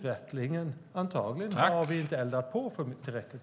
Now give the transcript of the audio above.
Vi har antagligen inte eldat på tillräckligt.